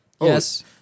Yes